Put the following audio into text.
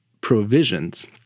provisions